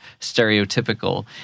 stereotypical